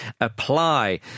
apply